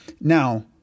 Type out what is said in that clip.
Now